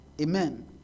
Amen